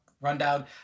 rundown